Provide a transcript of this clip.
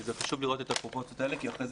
חשוב לראות את הפרופורציות האלה כי אחר כך